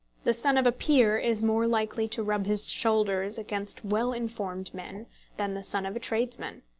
the son of a peer is more likely to rub his shoulders against well-informed men than the son of a tradesman.